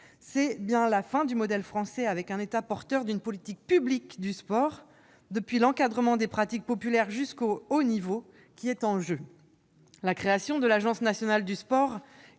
C'est bien la fin du modèle français, avec un État porteur d'une politique publique du sport, depuis l'encadrement des pratiques populaires jusqu'au haut niveau, qui est en jeu. La création de l'Agence nationale du sport,